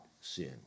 sin